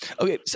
okay